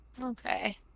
Okay